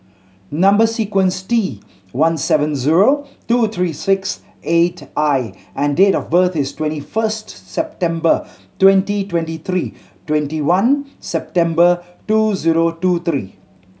number sequence T one seven zero two three six eight I and date of birth is twenty first September twenty twenty three twenty one September two zero two three